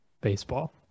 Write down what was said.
baseball